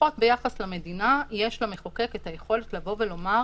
לפחות ביחס למדינה יש למחוקק היכולת לבוא ולומר: